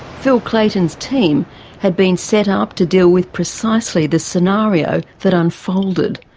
phil clayton's team had been set up to deal with precisely the scenario that unfolded.